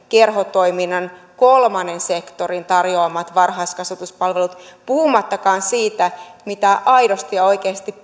kerhotoiminnan kolmannen sektorin tarjoamat varhaiskasvatuspalvelut puhumattakaan siitä mitä aidosti ja oikeasti